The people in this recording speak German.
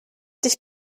dich